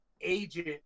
agent